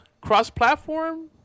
cross-platform